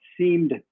seemed